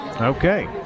Okay